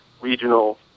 regional